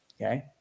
okay